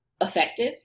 effective